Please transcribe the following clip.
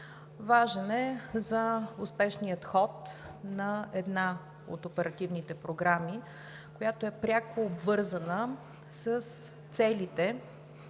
Важен е за успешния ход на една от оперативните програми, която е пряко обвързана с целите